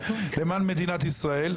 למען מדינת ישראל.